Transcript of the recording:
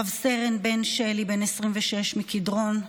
רב-סרן בן שלי, בן 26 מקדרון,